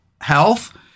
health